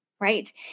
Right